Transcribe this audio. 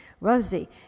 Rosie